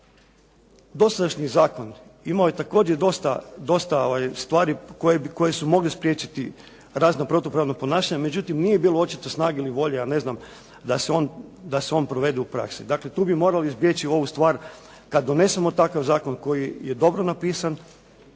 dosadašnji zakon imao je također dosta stvari koje su mogle spriječiti razna protupravna ponašanja. Međutim, nije bilo očito snage ili volje da se on provede u praksi. Dakle, tu bi morali izbjeći ovu stvar kad donesemo takav zakon koji je dobro napisan,